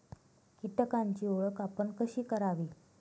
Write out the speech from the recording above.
कीटकांची ओळख आपण कशी करावी?